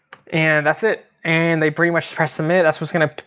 and that's it and they pretty much press submit, that's what's gonna,